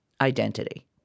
identity